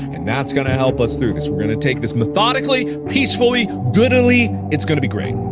and that's gonna help us through this we're gonna take this methodically peacefully goodilly it's gonna be great.